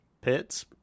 pits